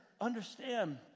understand